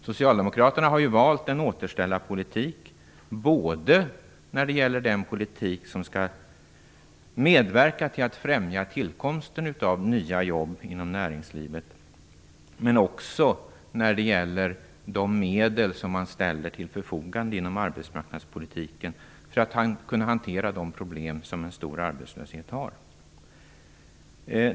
Socialdemokraterna har valt en återställarpolitik både när det gäller den politik som skall medverka till att främja tillkomsten av nya jobb inom näringslivet och när det gäller de medel som man ställer till förfogande inom arbetsmarknadspolitiken för hanteringen av de problem som en hög arbetslöshet medför.